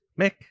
Mick